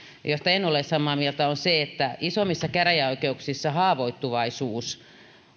josta en ole samaa mieltä on se että isommissa käräjäoikeuksissa haavoittuvaisuus